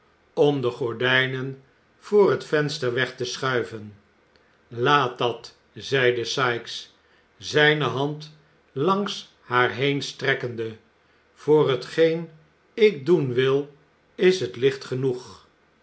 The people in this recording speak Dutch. om de gordijnen voor het venster weg te schuiven laat dat zeide sikes zijne hand langs haar heenstrekkende voor hetgeen ik doen wil is het licht genoeg